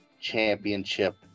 championship